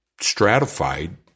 stratified